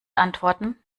antworten